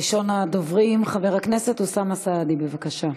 ראשון הדוברים, חבר הכנסת אוסאמה סעדי, בבקשה.